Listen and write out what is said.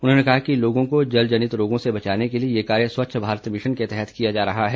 उन्होंने कहा कि लोगों को जनजनित रोगों से बचाने के लिए ये कार्य स्वच्छ भारत मिशन के तहत किया जा रहा है